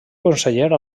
conseller